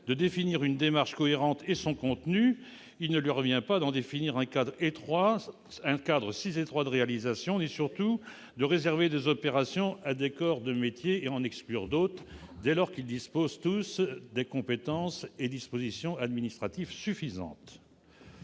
de définir une démarche cohérente et son contenu, il ne lui revient pas de fixer un cadre si étroit de réalisation ni surtout de réserver des opérations à certains corps de métier en en excluant d'autres, dès lors que tous disposent des compétences et des capacités administratives suffisantes.